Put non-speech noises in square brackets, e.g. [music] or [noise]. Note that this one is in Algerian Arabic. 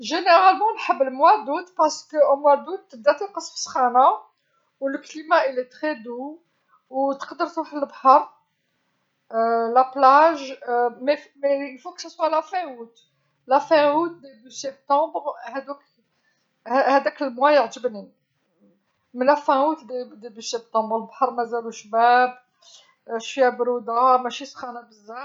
عموما نحب شهر أوت لأنه في شهر أغسطس تبدأ تنقص السخانة حيث يكون المناخ معتدلاً جدًا وتقدر تروح لبحر، [hesitation] الشاطئ ولكن يجب أن يكون نهاية أوت، نهاية أوت بداية سبتمبر، هذوك هذاك الشهر يعجبني نهاية أوت وبداية سبتمبر البحر مازالو شباب شوية برودة ماشي سخانة بزاف.